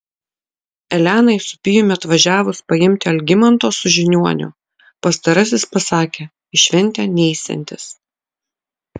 elenai su pijumi atvažiavus paimti algimanto su žiniuoniu pastarasis pasakė į šventę neisiantis